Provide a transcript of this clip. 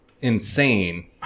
insane